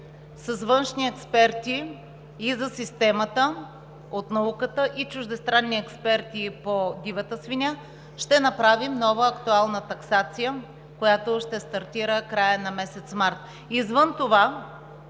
с външни експерти за системата – от науката и чуждестранни експерти по дивата свиня. Ще направим нова актуална таксация, която ще стартира в края на месец март,